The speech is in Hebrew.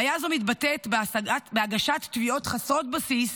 בעיה זו מתבטאת בהגשת תביעות חסרות בסיס,